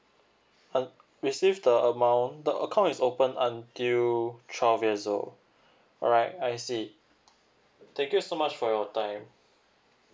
uh receive the amount the account is open until twelve years old alright I see thank you so much for your time